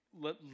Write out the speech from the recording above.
let